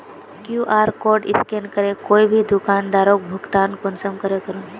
QR code scan करे कोई भी दुकानदारोक भुगतान कुंसम करे करूम?